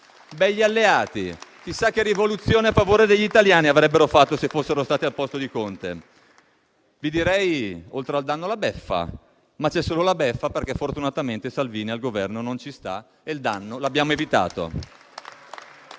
Begli alleati! Chissà che rivoluzione a favore degli italiani avrebbero fatto se fossero stati al posto di Conte. Vi direi: oltre al danno la beffa; ma c'è solo la beffa, perché fortunatamente Salvini al Governo non ci sta e il danno l'abbiamo evitato.